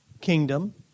kingdom